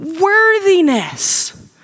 worthiness